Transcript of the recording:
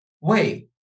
wait